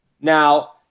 Now